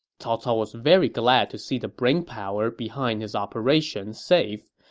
cao cao was very glad to see the brainpower behind his operation safe,